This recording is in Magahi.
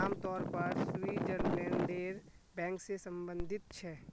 आम तौर पर स्विटज़रलैंडेर बैंक से सम्बंधित छे